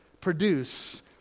produce